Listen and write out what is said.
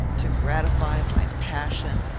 to gratify my passion,